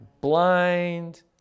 Blind